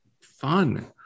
fun